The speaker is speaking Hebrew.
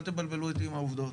אל תבלבלו אותי עם העובדות.